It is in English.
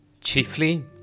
Chiefly